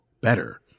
better